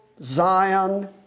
Zion